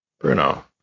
Bruno